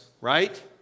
right